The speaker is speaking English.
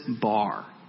bar